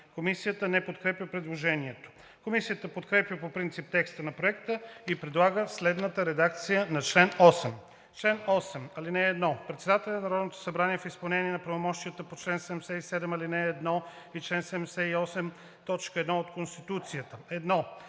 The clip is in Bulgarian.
Комисията не подкрепя предложението. Комисията подкрепя по принцип текста на Проекта и предлага следната редакция на чл. 8: „Чл. 8. (1) Председателят на Народното събрание в изпълнение на правомощията по чл. 77, ал. 1 и чл. 78, т. 1 от Конституцията: 1.